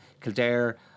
Kildare